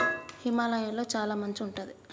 హిమాలయ లొ చాల మంచు ఉంటది